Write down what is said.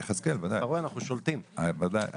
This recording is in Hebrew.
יחזקאל, ודאי.